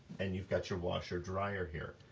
and you've got your washer dryer here.